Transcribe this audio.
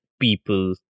people